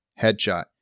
Headshot